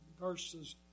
Verses